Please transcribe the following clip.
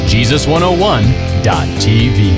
Jesus101.tv